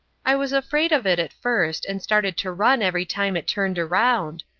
i was afraid of it at first, and started to run every time it turned around,